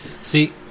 See